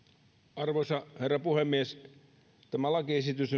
arvoisa herra puhemies tämä lakiesitys